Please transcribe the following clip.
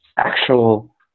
actual